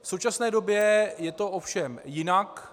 V současné době je to ovšem jinak.